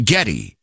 Getty